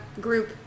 group